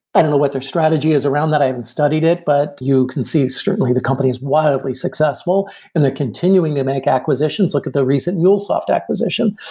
i don't know what their strategy is around that. i haven't studied it, but you can see certainly the company is wildly successful and they're continuing to make acquisitions. look at the recent mulesoft acquisition.